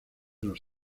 los